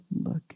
look